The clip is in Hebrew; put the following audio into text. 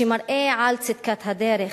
שמראה על צדקת הדרך.